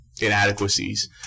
inadequacies